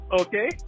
okay